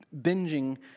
binging